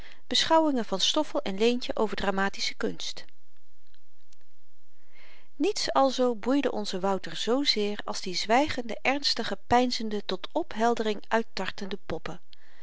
beschouwingen van stoffel en leentjen over dramatische kunst niets alzoo boeide onzen wouter zoozeer als die zwygende ernstige peinzende tot opheldering uittartende poppen